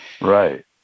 Right